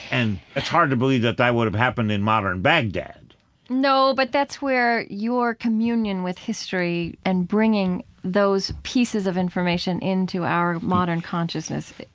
and it's hard to believe that that would have happened in modern baghdad no, but that's where your communion with history and bringing those pieces of information into our modern consciousness is